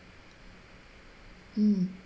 mm